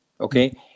Okay